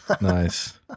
Nice